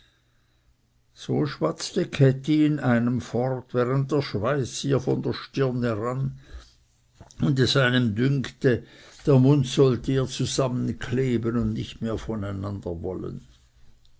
so schwatzte käthi in einem fort während der schweiß ihr von der stirne rann und es einem dünkte der mund sollte ihr zusammenkleben und nicht mehr voneinander wollen